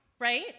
right